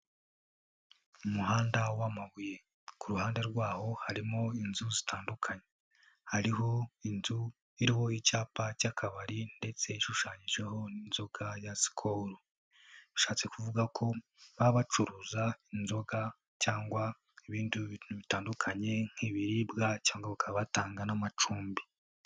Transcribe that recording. Umuhanda w'amabuye, ku ruhande rwaho harimo inzu zitandukanye, hariho inzu iriho icyapa cy'akabari ndetse ishushanyijeho n'inzoka ya Skol, bishatse kuvuga ko baba bacuruza inzoga cyangwa ibindi bintu bitandukanye nk'ibiribwa cyangwa ukabatanga n'amacumbi.